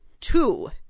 Two